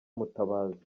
mutabazi